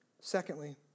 Secondly